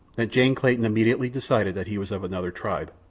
that jane clayton immediately decided that he was of another tribe.